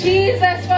Jesus